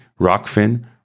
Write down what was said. Rockfin